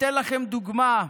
אתן לכם דוגמה.